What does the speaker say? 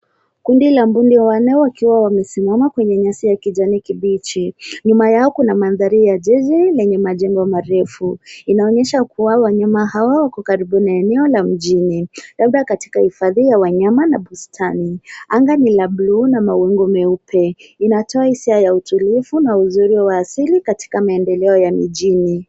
Kundi ka mbuni wanne wakiwa wamesimama kwenye nyasi ya kijani kibichi. Nyuma yao kuna mandhari ya jiji lenye majengo marefu. Inaonyesha kuwa wanyama hawa wako karibu na eneo la mjini labda katika hifadhi ya wanyama na bustani. Anga ni ya bluu na mawingu meupe. Inatoa hisia ya utulivu na uzuri wa asili katika maendeleo ya mjini.